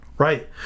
Right